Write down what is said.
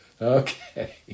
Okay